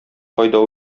кайда